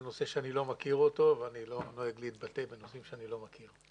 זה נושא שאני לא מכיר אותו ואני לא נוהג להתבטא בנושאים שאני לא מכיר.